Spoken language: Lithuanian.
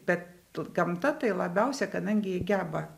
bet gamta tai labiausia kadangi geba